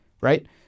right